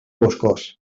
boscós